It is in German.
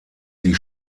die